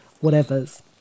whatever's